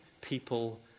people